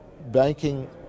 banking